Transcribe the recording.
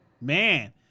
man